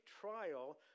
trial